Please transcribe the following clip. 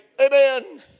Amen